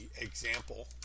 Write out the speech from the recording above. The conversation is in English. example